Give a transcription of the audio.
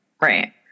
Right